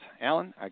Alan